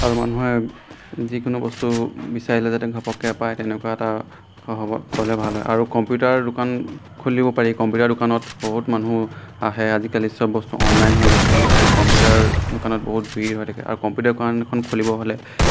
আৰু মানুহে যিকোনো বস্তু বিচাৰিলে যাতে ঘপককৈ পায় তেনেকুৱা এটা হ'ব ক'লে ভাল হয় আৰু কম্পিউটাৰ দোকান খুলিব পাৰি কম্পিউটাৰ দোকানত বহুত মানুহ আহে আজিকালি চব বস্তু অনলাইন হৈ গৈছে গতিকে কম্পিউটাৰ দোকানত বহুত ভিৰ হৈ থাকে আৰু কম্পিউটাৰ দোকান এখন খুলিবলৈ হ'লে